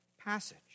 passage